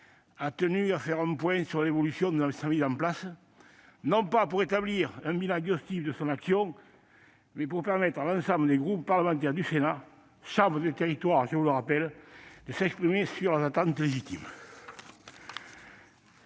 a tenu à faire un point sur l'évolution de la mise en place de cette structure, non pas pour établir un bilan exhaustif de son action, mais pour permettre à l'ensemble des groupes parlementaires du Sénat- la chambre des territoires -, de s'exprimer sur leurs attentes légitimes.